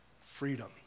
freedom